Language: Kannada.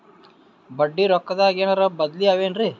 ಬಡ್ಡಿ ರೊಕ್ಕದಾಗೇನರ ಬದ್ಲೀ ಅವೇನ್ರಿ?